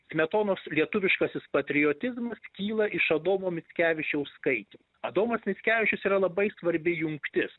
smetonos lietuviškasis patriotizmas kyla iš adomo mickevičiaus skaitymų adomas mickevičius yra labai svarbi jungtis